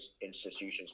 institutions